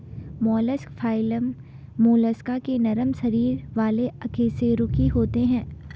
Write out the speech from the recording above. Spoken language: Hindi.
मोलस्क फाइलम मोलस्का के नरम शरीर वाले अकशेरुकी होते हैं